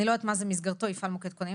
אני לא יודעת מה זה "מסגרתו יפעל מוקד כוננים",